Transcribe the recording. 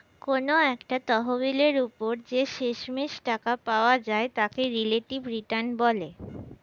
কোনো একটা তহবিলের উপর যে শেষমেষ টাকা পাওয়া যায় তাকে রিলেটিভ রিটার্ন বলে